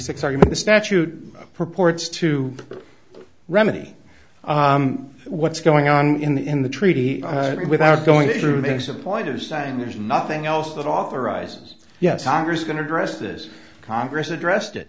six argument the statute purports to remedy what's going on in the in the treaty without going through makes a point of saying there's nothing else that authorizes yes congress is going to address this congress addressed it